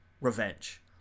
revenge